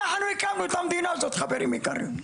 אנחנו הקמנו את המדינה הזאת חברים יקרים,